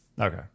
Okay